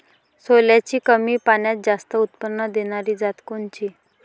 सोल्याची कमी पान्यात जास्त उत्पन्न देनारी जात कोनची?